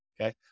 Okay